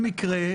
לכאן.